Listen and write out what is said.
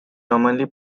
nominally